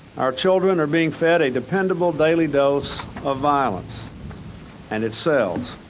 our children are being fed a dependable daily dose of violence and it sells.